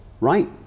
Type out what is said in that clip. Right